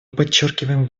подчеркиваем